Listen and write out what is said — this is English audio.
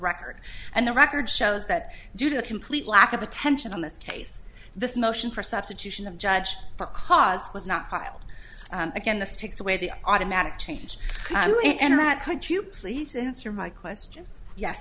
record and the record shows that due to the complete lack of attention on the case this motion for substitution of judge for cause was not filed again this takes away the automatic change and that could you please answer my question yes